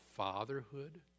fatherhood